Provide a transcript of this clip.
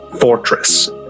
fortress